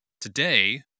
Today